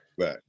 Right